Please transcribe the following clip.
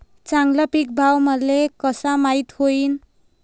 चांगला पीक भाव मले कसा माइत होईन?